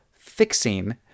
fixing